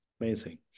Amazing